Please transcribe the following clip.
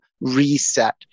reset